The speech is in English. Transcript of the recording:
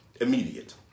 immediate